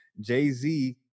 Jay-Z